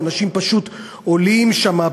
ואנשים פשוט עולים שם,